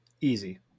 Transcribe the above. easy